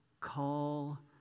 call